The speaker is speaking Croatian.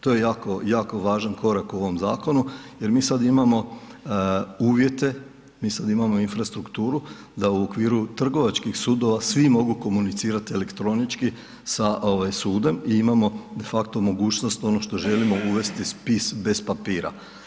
To je jako, jako važan korak u ovom zakonu jer mi sada imamo uvjete, mi sad imamo infrastrukturu da u okviru trgovačkih sudova svi mogu komunicirat elektronički sa ovaj sudom i imamo de facto mogućnost ono što želimo uvesti spis bez papira.